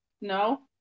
No